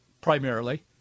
primarily